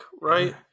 right